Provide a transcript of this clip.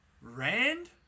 Rand